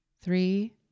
three